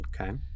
Okay